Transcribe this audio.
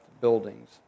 buildings